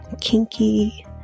kinky